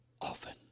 often